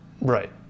Right